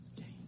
Okay